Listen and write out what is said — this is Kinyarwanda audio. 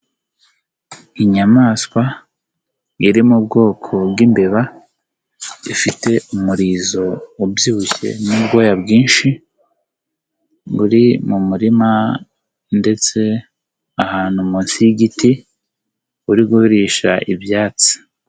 Inyamaswa iri mu bwoko bw'imbeba ifite umurizo ubyibushye n'ubwobwoya bwinshi, buri mu murima ndetse ahantu munsi yigiti buri guhurisha ibyatsi.